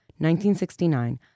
1969